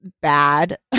bad